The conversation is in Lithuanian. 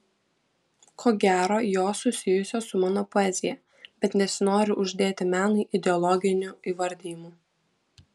ko gero jos susijusios su mano poezija bet nesinori uždėti menui ideologinių įvardijimų